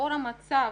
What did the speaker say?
לאור המצב